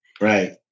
Right